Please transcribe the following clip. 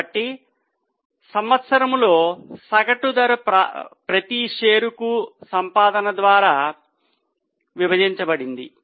కాబట్టి సంవత్సరంలో సగటు ధర ప్రతి షేరుకు సంపాదన ద్వారా విభజించబడింది